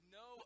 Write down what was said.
no